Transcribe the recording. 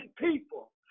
people